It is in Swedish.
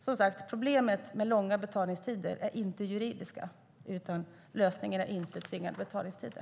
Som sagt: Problemet med långa betalningstider är inte juridiskt, och lösningen är inte tvingande betalningstider.